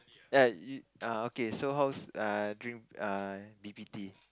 ya you uh okay so how's uh drink uh i_p_p_t